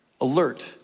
Alert